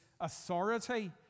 authority